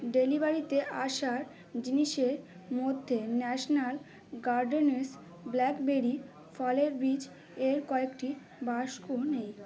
ডেলিভারিতে আসার জিনিসের মধ্যে ন্যাশনাল গার্ডেনস ব্ল্যাকবেরি ফলের বীজ এর কয়েকটি বাস্ক নেই